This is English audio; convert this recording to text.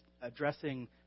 addressing